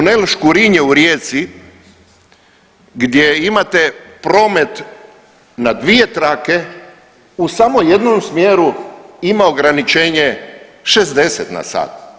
Tunel Škurinje u Rijeci gdje imate promet na dvije trake u samo jednom smjeru ima ograničenje 60 na sat.